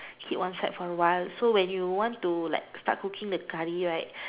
keep one side for a while so when you want to start cooking the curry right